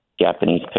Japanese